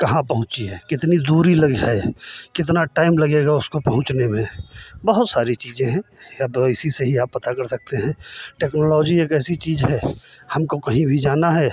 कहाँ पहुँची है कितनी दूरी लगी है कितना टाइम लगेगा उसको पहुँचने में बहुत सारी चीज़ें हैं या तो इसी से ही आप पता कर सकते हैं टेक्नोलॉजी एक ऐसी चीज है हमको कहीं भी जाना है